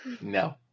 No